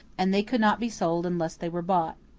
and they could not be sold unless they were bought.